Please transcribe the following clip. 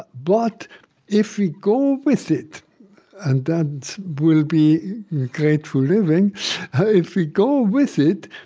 but but if we go with it and that will be grateful living if we go with it,